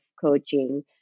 coaching